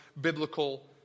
biblical